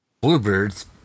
Bluebirds